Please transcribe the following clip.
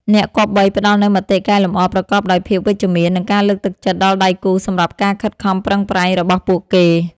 អ្នកគប្បីផ្ដល់នូវមតិកែលម្អប្រកបដោយភាពវិជ្ជមាន និងការលើកទឹកចិត្តដល់ដៃគូសម្រាប់ការខិតខំប្រឹងប្រែងរបស់ពួកគេ។